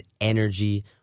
energy